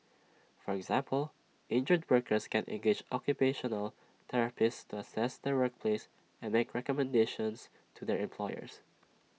for example injured workers can engage occupational therapists to assess their workplace and make recommendations to their employers